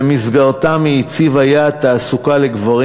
ובמסגרתם היא הציבה יעד תעסוקה לגברים